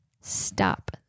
stop